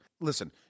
Listen